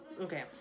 Okay